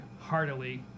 heartily